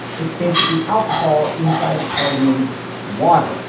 it's basically alcohol inside of carbonated water.